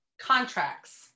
Contracts